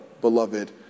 beloved